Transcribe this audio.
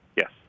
Yes